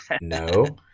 no